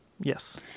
Yes